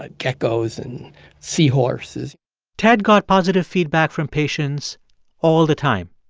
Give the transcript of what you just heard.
ah geckos and seahorses ted got positive feedback from patients all the time,